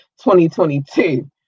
2022